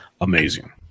amazing